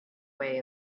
way